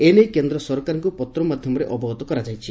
ଏ ନେଇ କେନ୍ଦ ସରକାରଙ୍କୁ ପତ୍ର ମାଧ୍ଧମରେ ଅବଗତ କରାଯାଇଛି